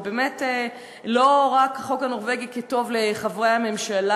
ובאמת לא רק החוק הנורבגי כטוב לחברי הממשלה.